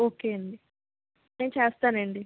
okay అండి నేను చేస్తానండి